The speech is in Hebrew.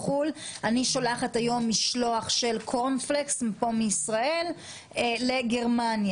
אם אני שולחת היום משלוח של קורנפלקס מישראל לגרמניה,